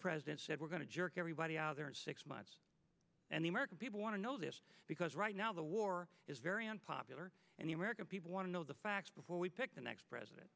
president said we're going to jerk everybody out there in six months and the american people want to know this because right now the war is very unpopular and the american people want to know the facts before we pick the next president